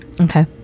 Okay